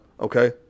okay